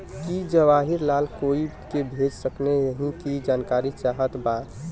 की जवाहिर लाल कोई के भेज सकने यही की जानकारी चाहते बा?